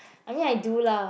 I mean I do lah